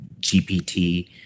gpt